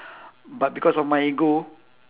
but because of my ego